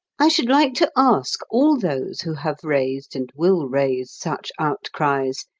i should like to ask all those who have raised and will raise such outcries.